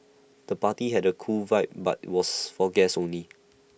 the party had A cool vibe but was for guests only